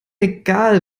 egal